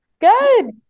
Good